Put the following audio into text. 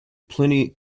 plenty